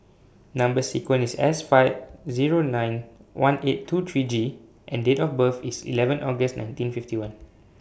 Number sequence IS S five Zero nine one eight two three G and Date of birth IS eleven August nineteen fifty one